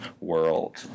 world